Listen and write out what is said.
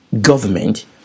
government